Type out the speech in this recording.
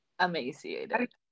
emaciated